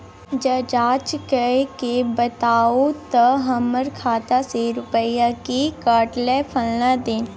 ज जॉंच कअ के बताबू त हमर खाता से रुपिया किये कटले फलना दिन?